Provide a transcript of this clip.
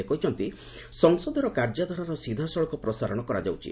ସେ କହିଛନ୍ତି ସଂସଦର କାର୍ଯ୍ୟଧାରାର ସିଧାସଳଖ ପ୍ରସାରଣ କରାଯାଉଛି